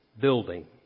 building